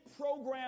program